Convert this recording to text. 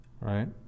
Right